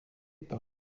par